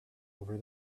over